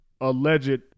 alleged